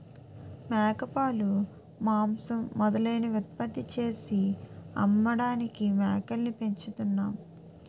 మేకపాలు, మాంసం మొదలైనవి ఉత్పత్తి చేసి అమ్మడానికి మేకల్ని పెంచుతున్నాం